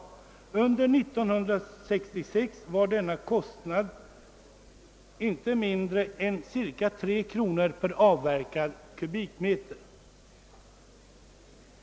Under 1966 var dessa kostnader inte mindre än cirka 3 kronor per avverkad kubikmeter.